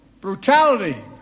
Brutality